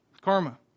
karma